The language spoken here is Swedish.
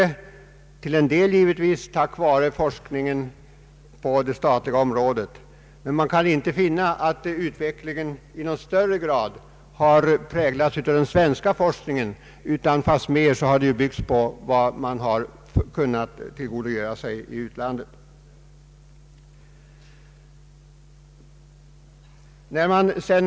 Till en del är det givetvis tack vare forskningen genom statens medverkan, men vi kan inte finna att utvecklingen i någon större grad har präglats av svensk forskning; fastmer har man byggt på vad man kunnat tillgodogöra sig i utlandet när det gällt de avgörande besluten.